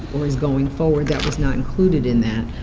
or was going forward, that was not included in that.